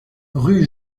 rue